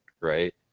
right